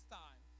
time